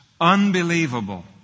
unbelievable